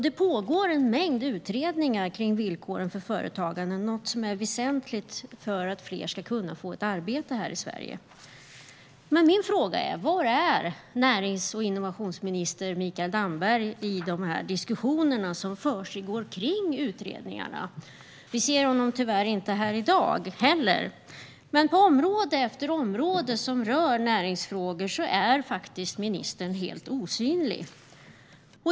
Det pågår en mängd utredningar kring villkoren för företagande - något som är väsentligt för att fler ska kunna få arbete här i Sverige. Men var är närings och innovationsminister Mikael Damberg i de diskussioner som försiggår kring utredningarna? Vi ser honom tyvärr inte här i dag heller. På område efter område som rör näringsfrågor är ministern helt osynlig.